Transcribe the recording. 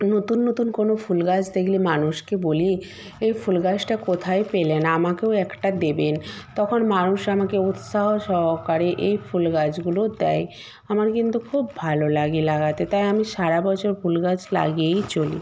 নতুন নতুন কোনও ফুল গাছ দেখলে মানুষকে বলি এই ফুল গাছটা কোথায় পেলেন আমাকেও একটা দেবেন তখন মানুষ আমাকে উৎসাহ সহকারে এই ফুল গাছগুলো দেয় আমার কিন্তু খুব ভালো লাগে লাগাতে তাই আমি সারা বছর ফুল গাছ লাগিয়েই চলি